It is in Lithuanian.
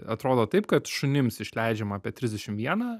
atrodo taip kad šunims išleidžiama apie trisdešim vieną